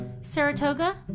Saratoga